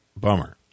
bummer